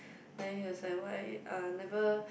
then he was like why uh never